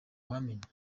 wamenya